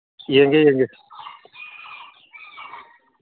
ꯌꯦꯡꯒꯦ ꯌꯦꯡꯒꯦ